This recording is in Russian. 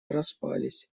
распались